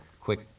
quick